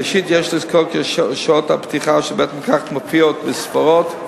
ראשית יש לזכור כי שעות הפתיחה של בית-המרקחת מופיעות בספרות.